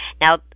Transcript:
Now